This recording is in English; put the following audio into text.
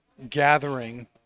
gathering